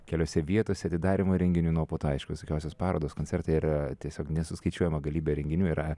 keliose vietose atidarymo renginiu na o po to aišku visokiausios parodos koncertai ar tiesiog nesuskaičiuojama galybė renginių yra